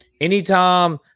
anytime